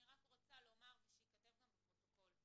אני רוצה לומר, ושייכתב גם בפרוטוקול,